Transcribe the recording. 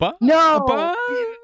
No